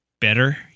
better